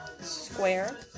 square